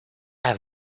have